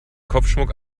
kopfschmuck